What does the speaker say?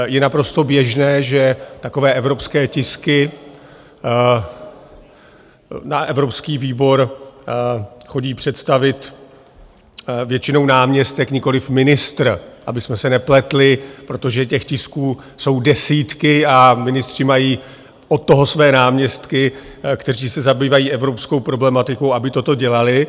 Je naprosto běžné, že takové evropské tisky na evropský výbor chodí představit většinou náměstek, nikoliv ministr, abychom se nepletli, protože těch tisků jsou desítky a ministři mají od toho své náměstky, kteří se zabývají evropskou problematikou, aby toto dělali.